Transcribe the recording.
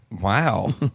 Wow